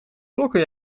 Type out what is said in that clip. klokken